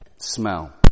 smell